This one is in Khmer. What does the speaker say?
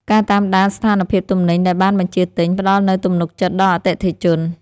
ការតាមដានស្ថានភាពទំនិញដែលបានបញ្ជាទិញ ផ្តល់នូវទំនុកចិត្តដល់អតិថិជន។